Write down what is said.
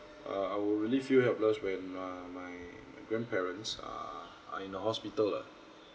uh I will really feel helpless when my my my grandparents those are are in a hospital lah